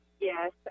Yes